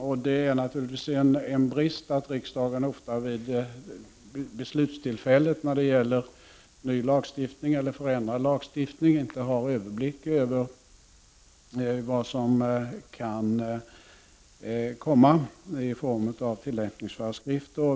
Och det är naturligtvis en brist att riksdagen ofta vid beslutstillfället när det gäller ny eller förändrad lagstiftning inte har överblick över vad som kan komma i form av tillämpningsföreskrifter.